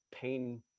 pain